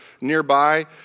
nearby